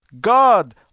God